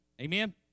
Amen